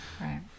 right